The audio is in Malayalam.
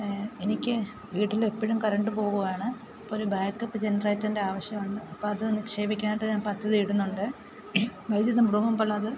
എനിക്ക് വീട്ടിൽ എപ്പോഴും കരണ്ട് പോകാണ് അപ്പൊരു ബാക്ക് അപ്പ് ജനറേറ്ററിൻ്റെ ആവശ്യമുണ്ട് അപ്പം അത് നിക്ഷേപിക്കാനായിട്ട് ഞാൻ പദ്ധതി ഇടുന്നുണ്ട് വൈദ്യുതി മുടങ്ങുമ്പോളത്